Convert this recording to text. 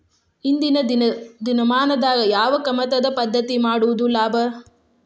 ಇಂದಿನ ದಿನಮಾನದಾಗ ಯಾವ ಕಮತದ ಪದ್ಧತಿ ಮಾಡುದ ಲಾಭ?